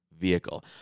vehicle